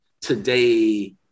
Today